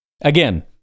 Again